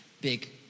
big